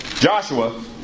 Joshua